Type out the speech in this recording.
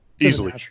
Easily